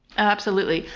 absolutely.